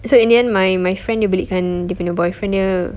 so in the end my my friend dia belikan dia punya boyfriend dia